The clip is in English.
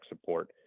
support